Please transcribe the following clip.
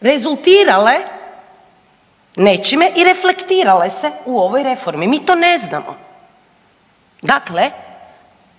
rezultirale nečime i reflektirale se u ovoj reformi. Mi to ne znamo. Dakle,